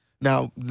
Now